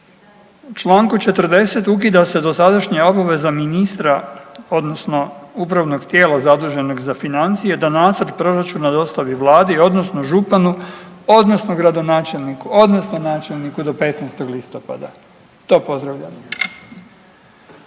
čl. 40. ukida se dosadašnja obveza ministra odnosno upravnog tijela zaduženog za financije da nacrt proračuna dostavi Vladi odnosno županu odnosno gradonačelniku odnosno načelniku do 15. listopada. To pozdravljamo.